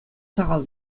сахал